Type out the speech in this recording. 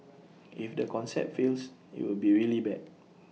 if the concept fails IT will be really bad